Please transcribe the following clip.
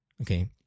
Okay